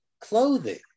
clothing